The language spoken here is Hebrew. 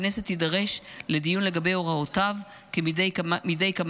הכנסת תידרש לדיון לגבי הוראותיו מדי כמה